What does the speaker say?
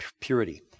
purity